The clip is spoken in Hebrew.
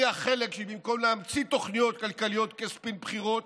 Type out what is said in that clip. אני החלק שבמקום להמציא תוכניות כלכליות כספין בחירות